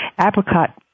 apricot